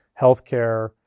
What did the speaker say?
healthcare